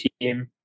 team